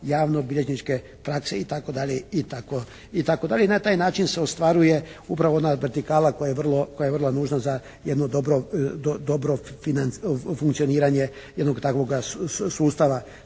javnobilježničke prakse, itd., itd. I na taj način se ostvaruje upravo ona vertikala koja je vrlo nužna za jedno dobro funkcioniranje jednog takvoga sustava.